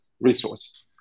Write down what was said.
resource